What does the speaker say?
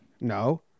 No